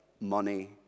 money